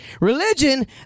religion